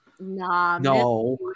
no